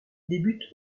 débute